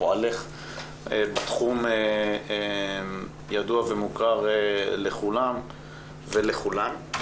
פועלך בתחום ידוע ומוכר לכולם ולכולן.